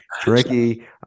tricky